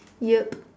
yup